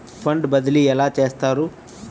Fund బదిలీ ఎలా చేస్తారు?